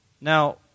Now